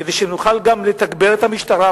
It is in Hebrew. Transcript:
כדי שנוכל גם לתגבר את המשטרה,